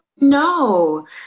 No